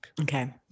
Okay